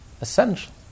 essential